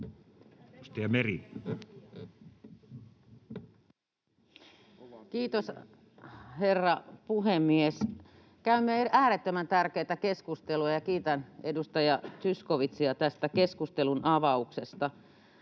Kiitos, herra puhemies! Käymme äärettömän tärkeätä keskustelua, ja kiitän edustaja Zyskowiczia tästä keskustelunavauksesta.